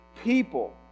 people